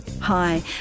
Hi